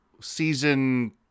season